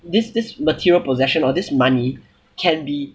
this this material possession or this money can be